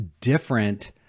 different